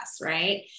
right